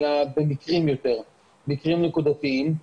אלא במקרים נקודתיים יותר.